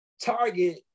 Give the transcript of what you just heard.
Target